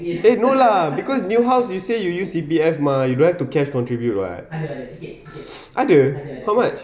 eh no lah because new house you say you use C_P_F mah you don't have to cash contribute [what] ada how much